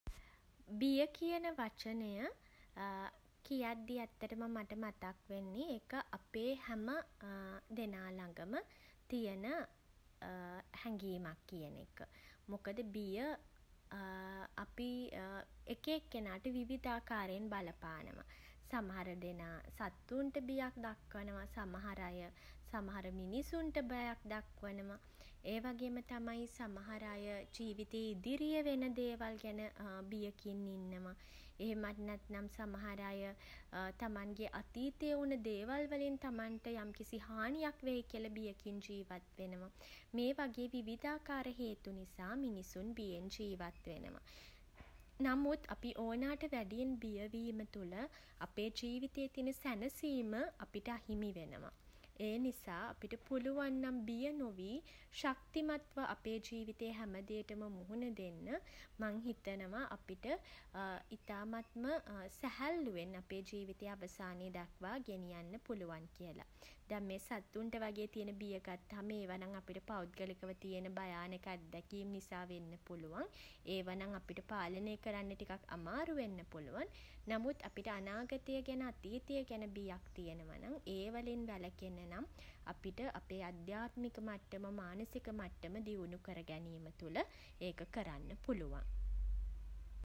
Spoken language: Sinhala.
බිය කියන වචනය කියද්දී ඇත්තටම මට මතක් වෙන්නේ ඒක අපේ හැම දෙනා ළඟම තියෙන හැඟීමක් කියන එක. මොකද බිය අපි එක එකකෙනාට විවිධාකාරයෙන් බලපානවා. සමහර දෙනා සත්තුන්ට බියක් දක්වනවා. සමහර අය සමහර මිනිසුන්ට බයක් දක්වනවා. ඒ වගේම තමයි සමහර අය ජීවිතයේ ඉදිරියෙ වෙන දේවල් ගැන බියකින් ඉන්නවා. එහෙමත් නැත්නම් සමහර අය තමන්ගේ අතීතයෙ වුණ දේවල් වලින් තමන්ට යම්කිසි හානියක් වෙයි කියලා බියකින් ජීවත් වෙනවා. මේ වගේ විවිධාකාර හේතු නිසා මිනිසුන් බියෙන් ජීවත් වෙනවා. නමුත් අපි ඕනවට වැඩියෙන් බියවීම තුළ අපේ ජීවිතේ තියෙන සැනසීම අපිට අහිමි වෙනවා. ඒ නිසා අපිට පුළුවන් නම් බිය නොවී ශක්තිමත්ව අපේ ජීවිතේ හැමදේටම මුහුණ දෙන්න මං හිතනවා අපිට ඉතාමත්ම සැහැල්ලුවෙන් අපේ ජීවිතය අවසානය දක්වා ගෙනියන්න පුළුවන් කියලා. දැන් මේ සත්තුන්ට වගේ තියෙන බිය ගත්තහම ඒව නම් අපිට පෞද්ගලිකව තියෙන භයානක අත්දැකීම් නිසා වෙන්න පුළුවන්. ඒවා නම් අපිට පාලනය කරන්න ටිකක් අමාරු වෙන්න පුළුවන්. නමුත් අපිට අනාගතය ගැන අතීතය ගැන බියක් තියෙනවා නම් ඒ වලින් වැළකෙන්න නම් අපිට අපේ අධ්‍යාත්මික මට්ටම මානසික මට්ටම දියුණු කරගැනීම තුළ ඒක කරන්න පුළුවන්.